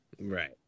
right